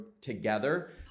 together